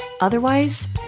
Otherwise